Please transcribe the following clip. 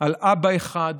על אבא אחד